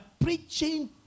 preaching